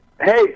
Hey